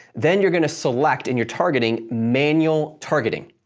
then you're going to select in you're targeting, manual targeting.